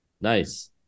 Nice